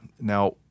Now